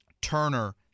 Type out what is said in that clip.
Turner